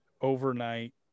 overnight